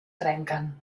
trenquen